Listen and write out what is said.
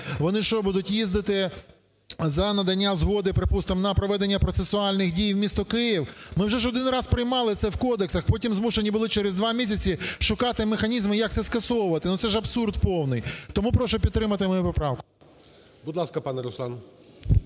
вони що, будуть їздити за наданням згоди, припустимо, на проведення процесуальних дій в місто Київ? Ми ж вже один раз приймали це в кодексах, потім змушені були через два місяці шукати механізми, як це скасовувати. Ну це ж абсурд повний. Тому прошу підтримати мою поправку. ГОЛОВУЮЧИЙ. Будь ласка, пане Руслан.